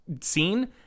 scene